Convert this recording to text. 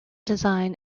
design